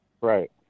Right